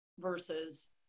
versus